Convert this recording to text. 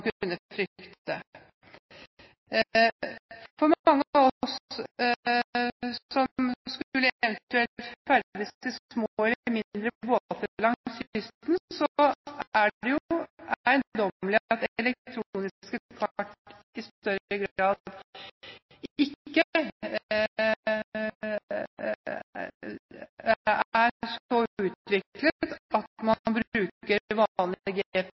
kunne frykte. For mange av oss som ferdes i mindre båter langs kysten, virker det jo eiendommelig at elektroniske kart ikke i større grad er så utviklet at man bruker vanlig